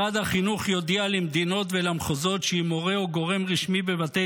משרד החינוך יודיע למדינות ולמחוזות שאם מורה או גורם רשמי בבתי